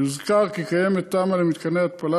יוזכר כי קיימת תמ"א למתקני התפלה,